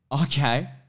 Okay